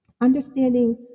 understanding